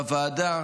בוועדת